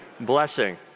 blessing